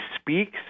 speaks